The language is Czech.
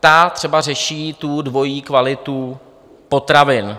Ta třeba řeší tu dvojí kvalitu potravin...